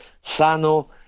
Sano